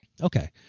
Okay